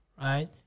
right